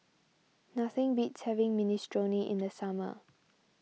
nothing beats having Minestrone in the summer